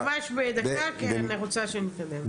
ממש בדקה כי אני רוצה שנתקדם.